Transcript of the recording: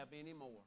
anymore